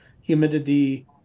humidity